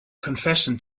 confession